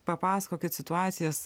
papasakokit situacijas